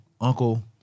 uncle